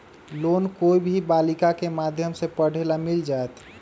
Loan कोई भी बालिका के माध्यम से पढे ला मिल जायत?